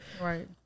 Right